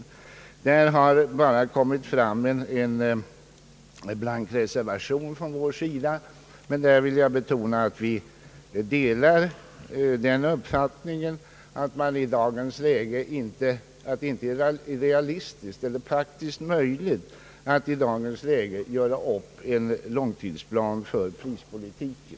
I detta fall har vi endast presterat en blank reservation, men jag vill betona att vi delar den uppfattningen att det i dagens läge inte är realistiskt eller praktiskt möjligt att göra upp en långtidsplan för prispolitiken.